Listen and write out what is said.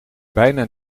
bijna